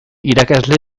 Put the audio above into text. irakasle